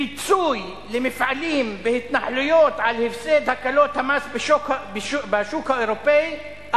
פיצוי למפעלים בהתנחלויות על הפסד הקלות המס בשוק האירופי,